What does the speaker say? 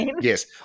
yes